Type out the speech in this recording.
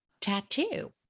tattoo